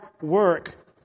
work